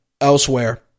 elsewhere